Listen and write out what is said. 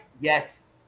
yes